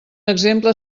exemple